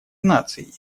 наций